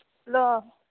hello